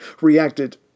reacted